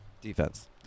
defense